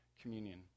communion